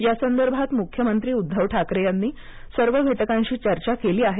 या संदर्भात मुख्यमंत्री उद्धव ठाकरे यांनी सर्व घटकांशी चर्चा केली आहे